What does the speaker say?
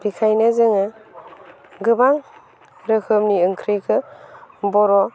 बेनिखायनो जोङो गोबां रोखोमनि ओंख्रिखौ बर'